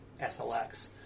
SLX